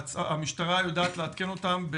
המשטרה יודעת לעדכן אותם,